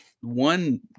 One